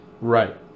Right